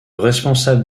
responsable